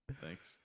Thanks